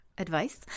Advice